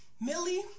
Millie